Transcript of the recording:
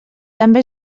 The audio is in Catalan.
també